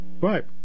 Right